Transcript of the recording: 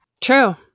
True